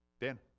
Dan